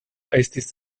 estis